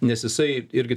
nes jisai irgi